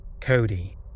Cody